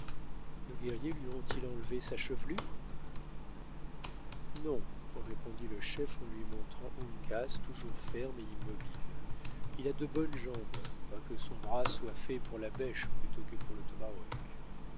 nos guerriers lui ont-ils enlevé sa chevelure non répondit le chef en lui montrant uncas toujours ferme et immobile il a de bonnes jambes quoique son bras soit fait pour la bêche plutôt que pour le